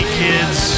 kids